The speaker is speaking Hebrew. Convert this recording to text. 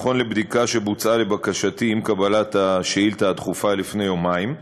לפי בדיקה שנעשתה לבקשתי עם קבלת השאילתה הדחופה לפני יומיים,